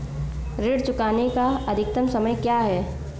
ऋण चुकाने का अधिकतम समय क्या है?